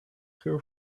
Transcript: her